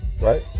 Right